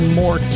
more